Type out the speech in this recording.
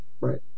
right